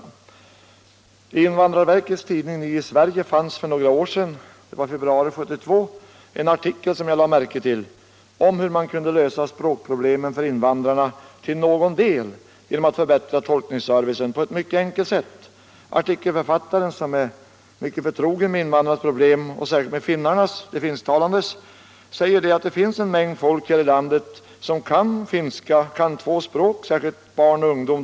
I invandrarverkets tidning Ny i Sverige läste jag en artikel i februari 1972. som handlade om hur man till någon del kunde lösa språkproblemen för invandrarna genom att förbättra tolkningsservicen på ett mycket enkelt sätt. Artikelförfattaren, som är mycket förtrogen med invandrarnas problem — särskilt de finsktalande invandrarnas —- skrev där att det finns en stor mängd människor här i landet som kan två språk, nämligen svenska och finska.